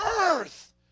earth